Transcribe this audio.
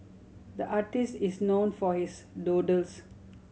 the artist is known for his doodles